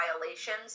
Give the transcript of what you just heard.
violations